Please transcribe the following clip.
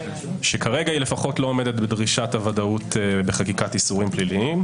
שכרגע היא לא עומדת בדרישת הוודאות לחקיקת איסורים פליליים,